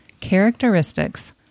characteristics